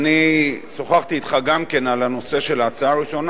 אני שוחחתי אתך גם על הנושא של ההצעה הראשונה,